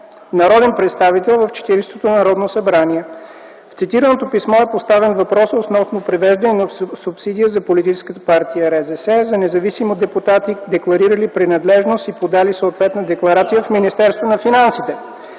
народен представители в Четиридесетото Народно събрание. В цитираното писмо е поставен въпрос относно превеждане на субсидия за Политическа партия РЗС, за независими депутати, декларирали принадлежност и подали съответна декларация в Министерството на финансите.